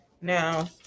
now